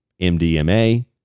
MDMA